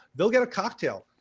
they'll get a cocktail.